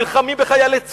נלחמים בחיילי צה"ל,